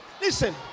Listen